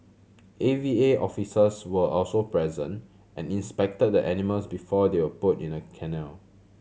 A V A officers were also present and inspected the animals before they were put in the kennel